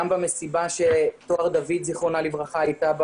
גם במסיבה שטוהר דוד זיכרונה לברכה הייתה בה